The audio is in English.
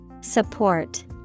Support